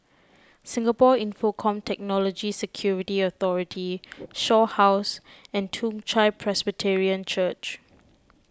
Singapore Infocomm Technology Security Authority Shaw House and Toong Chai Presbyterian Church